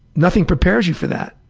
nothing prepares you for that.